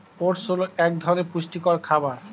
oats হল এক ধরনের পুষ্টিকর খাবার